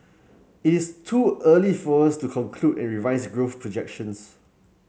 it is too early for us to conclude and revise growth projections